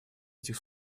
этих